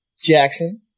Jackson